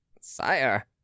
sire